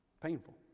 Painful